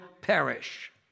perish